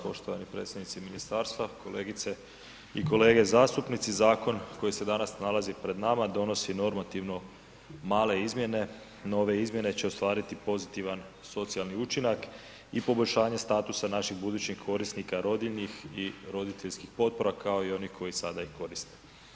Poštovani predstavnici ministarstva, kolegice i kolege zastupnici, zakon koji se danas nalazi pred nama donosi normativno male izmjene, nove izmjene će ostvariti pozitivan socijalni učinak i poboljšanje statusa naših budućih korisnika rodiljnih i roditeljskih potpora kao i onih koji sada ih koriste.